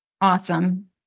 Awesome